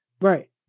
right